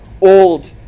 Old